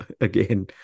Again